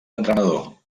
entrenador